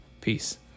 Peace